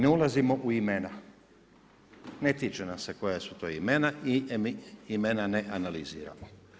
Ne ulazimo u imena, ne tiče nas se koja su to imena i mi imena ne analiziramo.